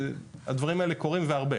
והדברים האלה קורים, והרבה.